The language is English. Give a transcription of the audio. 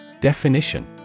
Definition